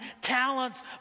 talents